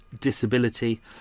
disability